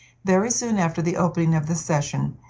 very soon after the opening of the session,